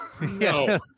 No